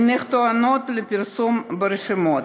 אינן טעונות פרסום ברשומות.